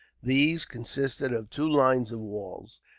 these consisted of two lines of walls,